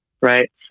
right